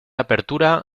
apertura